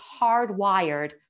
hardwired